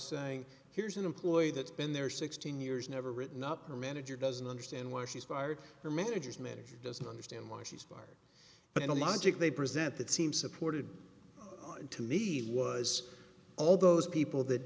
saying here's an employee that's been there sixteen years never written up a manager doesn't understand why she's fired her managers manager doesn't understand why she's fired but in a logic they present that seems supported to me was all those people that